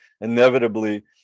inevitably